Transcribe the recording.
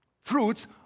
fruits